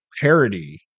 parody